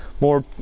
more